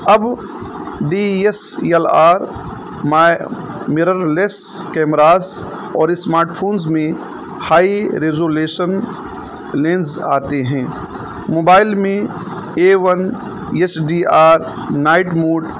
اب D S L R mirrorless cameras اور smart phones میں ہائی ریزولیشن لینس آتے ہیں موبائل میں A one S D R night mood